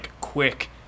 quick